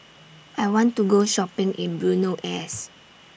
I want to Go Shopping in Buenos Aires